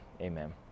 amen